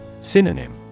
Synonym